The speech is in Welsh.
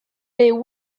byw